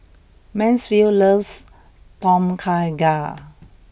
Mansfield loves Tom Kha Gai